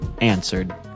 answered